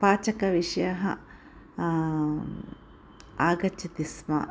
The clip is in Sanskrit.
पाकविषयः आगच्छति स्म